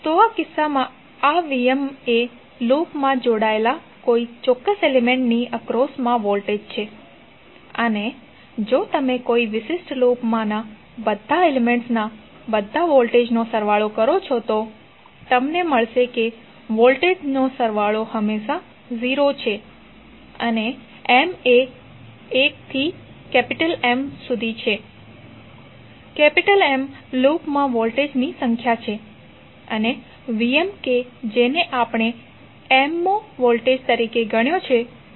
તો આ કિસ્સામાં આ Vm એ લૂપમાં જોડાયેલા કોઈ ચોક્કસ એલિમેન્ટ્ની એક્રોસ મા વોલ્ટેજ છે અને જો તમે કોઈ વિશિષ્ટ લૂપમાંના બધા એલિમેન્ટ્સના બધા વોલ્ટેજનો સરવાળો કરો છો તો તમને મળશે કે વોલ્ટેજનો સરવાળો હંમેશા 0 છે અને m એ 1 થી M સુધી છે જ્યાં M લૂપમાં વોલ્ટેજની સંખ્યા છે અને Vm કે જેને આપણે m મો વોલ્ટેજ તરીકે ગણ્યો છે